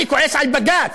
אני כועס על בג"ץ,